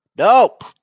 Nope